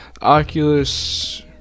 oculus